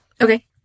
Okay